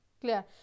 clear